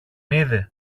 είδε